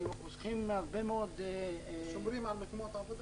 --- היינו שומרים על מקומות העבודה.